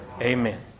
Amen